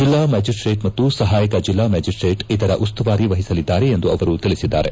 ಜಲ್ಲಾ ಮ್ಯಾಜಿಸ್ಟೇಟ್ ಮತ್ತು ಸಹಾಯಕ ಜಲ್ಲಾ ಮ್ಯಾಜಿಸ್ಟೇಟ್ ಇದರ ಉಸ್ತುವಾರಿ ವಹಿಸಲಿದ್ದಾರೆ ಎಂದು ಅವರು ತಿಳಿಸಿದ್ದಾರೆ